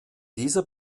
dieser